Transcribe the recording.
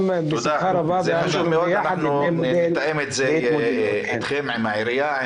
אנחנו נתאם את זה עם העירייה.